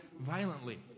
violently